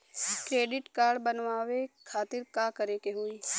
Credit card बनवावे खातिर का करे के होई?